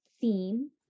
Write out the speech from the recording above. theme